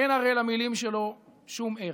אין הרי למילים שלו שום ערך.